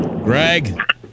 Greg